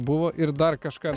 buvo ir dar kažką